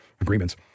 agreements